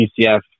UCF